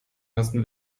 ersten